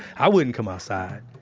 i wouldn't come outside.